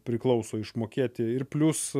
priklauso išmokėti ir plius